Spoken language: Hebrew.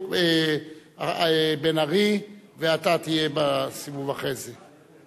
יהיה בן-ארי, ואתה תהיה בסיבוב אחרי זה.